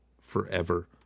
forever